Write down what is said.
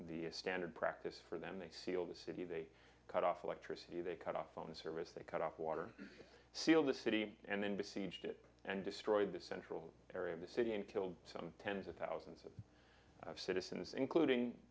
the standard practice for them they seal the city they cut off electricity they cut off phone service they cut off water sealed the city and then besieged it and destroyed the central area of the city and killed some tens of of thousands citizens including